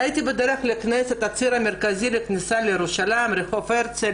הייתי בדרך לכנסת בציר המרכזי הכניסה לירושלים ברחוב הרצל,